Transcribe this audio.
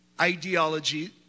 ideology